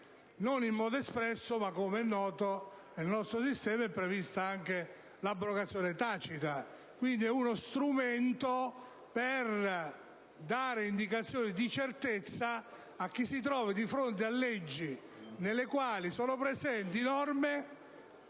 (non in modo espresso, ma, come è noto, nel nostro sistema è prevista anche l'abrogazione tacita). Quindi, è uno strumento per dare indicazioni di certezza a chi si trova di fronte a leggi nelle quali siano presenti norme